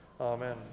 Amen